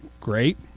great